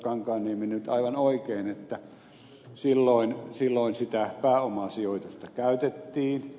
kankaanniemi nyt aivan oikein että silloin sitä pääomasijoitusta käytettiin